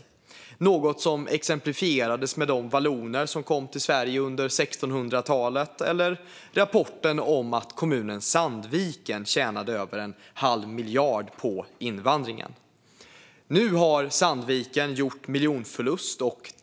Det var något som exemplifierades med de valloner som kom till Sverige under 1600-talet eller rapporten om att kommunen Sandviken tjänade över en halv miljard på invandringen. Nu har Sandviken gjort miljonförlust.